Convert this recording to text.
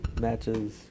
matches